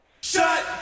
Shut